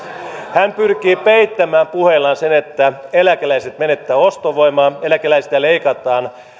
hän pyrki peittämään puheillaan sen että eläkeläiset menettävät ostovoimaa eläkeläisiltä leikataan